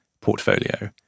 portfolio